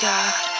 God